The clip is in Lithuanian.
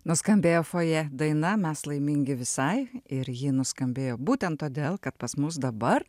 nuskambėjo fojė daina mes laimingi visai ir ji nuskambėjo būtent todėl kad pas mus dabar